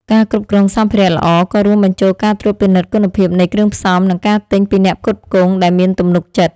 ការគ្រប់គ្រងសំភារៈល្អ ក៏រួមបញ្ចូលការត្រួតពិនិត្យគុណភាពនៃគ្រឿងផ្សំ និងការទិញពីអ្នកផ្គត់ផ្គង់ដែលមានទំនុកចិត្ត។